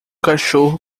cachorro